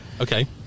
Okay